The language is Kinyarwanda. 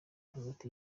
hagati